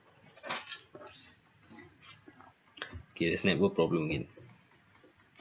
okay there's network problem again